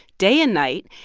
day and night.